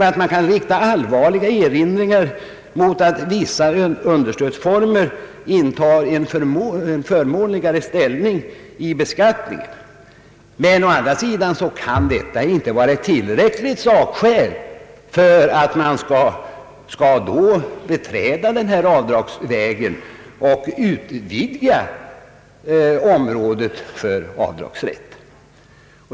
Det kan riktas allvarliga erinringar mot att vissa understödsformer intar en förmånligare ställning i beskattningshänseende, men å andra sidan kan väl inte detta vara ett tillräckligt sakskäl för att rätten till avdrag skall utvidgas.